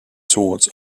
towards